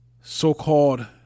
so-called